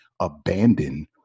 abandon